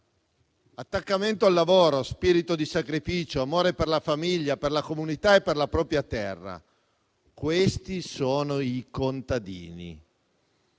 attaccamento al lavoro, spirito di sacrificio, amore per la famiglia, per la comunità e per la propria terra: questi sono i contadini.